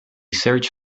search